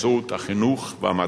באמצעות החינוך והמדע.